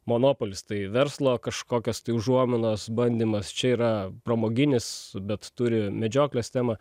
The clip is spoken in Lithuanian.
monopolis tai verslo kažkokios tai užuominos bandymas čia yra pramoginis bet turi medžioklės temą